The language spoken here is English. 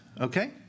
Okay